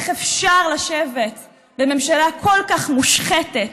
איך אפשר לשבת בממשלה כל כך מושחתת,